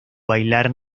bailar